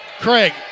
Craig